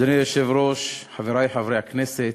אדוני היושב-ראש, חברי חברי הכנסת,